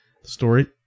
Story